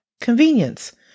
convenience